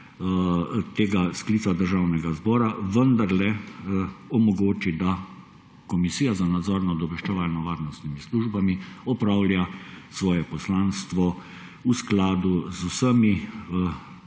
tega sklica Državnega zbora vendarle omogoči, da Komisija za nadzor obveščevalnih in varnostnih služb opravlja svoje poslanstvo v skladu z ustavo